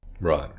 Right